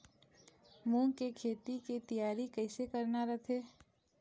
मूंग के खेती के तियारी कइसे करना रथे?